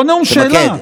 לא נאום, שאלה.